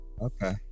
Okay